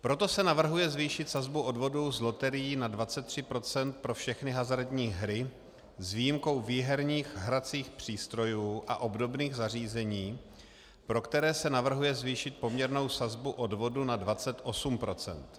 Proto se navrhuje zvýšit sazbu odvodu z loterií na 23 % pro všechny hazardní hry s výjimkou výherních hracích přístrojů a obdobných zařízení, pro které se navrhuje zvýšit poměrnou sazbu odvodu na 28 %.